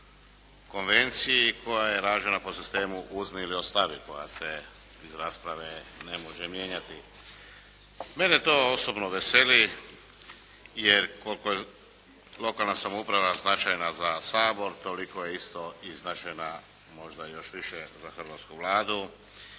konvenciji koja je rađena po sistemu “uzmi ili ostavi“, koja se iz rasprave ne može mijenjati. Mene to osobno veseli, jer koliko je lokalna samouprava značajna za Sabor, toliko je isto i značajna možda i još više za hrvatsku Vladu